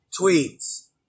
tweets